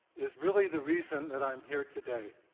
is really the reason that i'm here today.